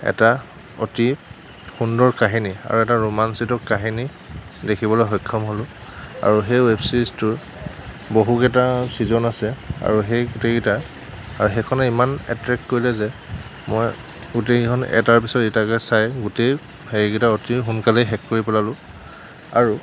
এটা অতি সুন্দৰ কাহিনী আৰু এটা ৰোমাঞ্চিত কাহিনী দেখিবলৈ সক্ষম হ'লোঁ আৰু সেই ৱেব চিৰিজটোৰ বহুকেইটা চিজন আছে আৰু সেই গোটেইকেইটা আৰু সেইখনে ইমান এট্ৰেক্ট কৰিলে যে মই গোটেই কেইখন এটাৰ পিছত এটাকৈ চায় গোটেই হেৰিকেইটা অতি সোনকালেই শেষ কৰি পেলালোঁ আৰু